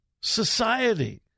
Society